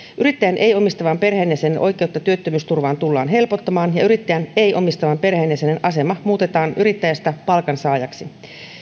yrittäjän ei omistavan perheenjäsenen oikeutta työttömyysturvaan tullaan helpottamaan ja yrittäjän ei omistavan perheenjäsenen asema muutetaan yrittäjästä palkansaajaksi